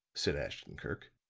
said ashton-kirk,